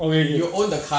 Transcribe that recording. okay okay